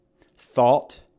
Thought